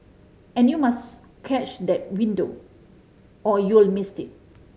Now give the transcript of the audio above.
and you must catch that window or you'll miss it